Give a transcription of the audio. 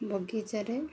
ବଗିଚାରେ